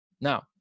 Now